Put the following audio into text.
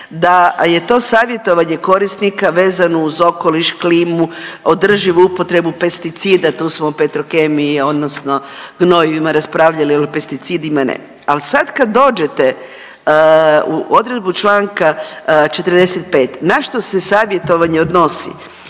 da je to savjetovanje korisnika vezano uz okoliš, klimu, održivu upotrebu pesticida, tu smo o Petrokemiji odnosno gnojivima raspravljali, al o pesticidima ne. Al sad kad dođete u odredbu čl. 45. na što se savjetovanje odnosi,